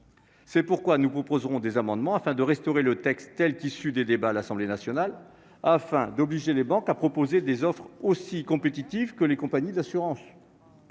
C'est pourquoi nous proposerons des amendements visant à restaurer la rédaction issue des débats à l'Assemblée nationale, afin d'obliger les banques à proposer des offres aussi compétitives que les compagnies d'assurances.